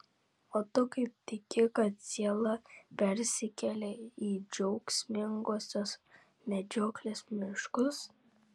o tu kaip tiki kad siela persikelia į džiaugsmingosios medžioklės miškus